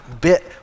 bit